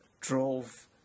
drove